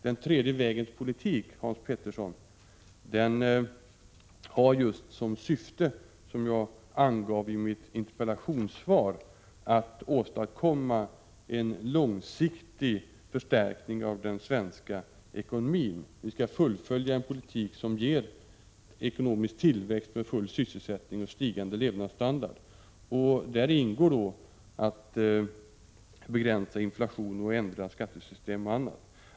Som jag angav i mitt interpellationssvar har den tredje vägens politik just till syfte, Hans Petersson, att åstadkomma en långsiktig förstärkning av den svenska ekonomin. Vi skall fullfölja en politik som ger ekonomisk tillväxt, full sysselsättning och stigande levandsstandard. Däri ingår att begränsa inflationen, ändra skattesystemet och annat.